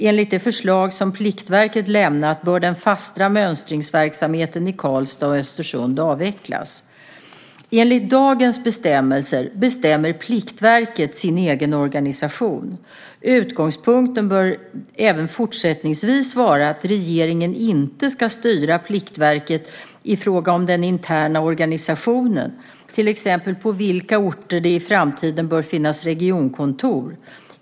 Enligt det förslag som Pliktverket lämnat bör den fasta mönstringsverksamheten i Karlstad och Östersund avvecklas. Enligt dagens bestämmelser bestämmer Pliktverket sin egen organisation. Utgångspunkten bör även fortsättningsvis vara att regeringen inte ska styra Pliktverket i fråga om den interna organisationen, till exempel på vilka orter det i framtiden bör finnas regionkontor.